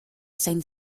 saint